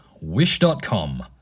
Wish.com